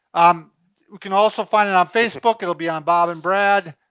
um you can also find it on facebook, it will be on bob and brad.